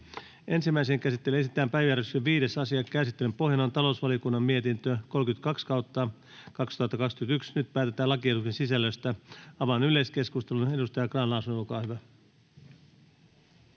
Ensimmäiseen käsittelyyn esitellään päiväjärjestyksen 5. asia. Käsittelyn pohjana on talousvaliokunnan mietintö TaVM 32/2021 vp. Nyt päätetään lakiehdotusten sisällöstä. — Avaan yleiskeskustelun. Edustaja Grahn-Laasonen, olkaa hyvä.